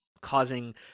causing